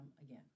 again